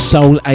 Soul